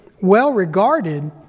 well-regarded